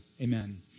amen